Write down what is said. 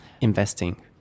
investing